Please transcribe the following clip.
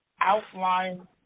Outline